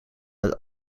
het